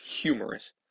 humorous